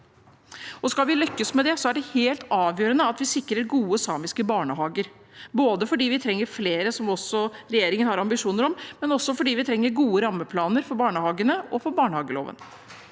Skal vi lykkes med det, er det helt avgjørende at vi sikrer gode samiske barnehager, både fordi vi trenger flere, noe også regjeringen har ambisjoner om, og fordi vi trenger gode rammeplaner for barnehagene og barnehageloven.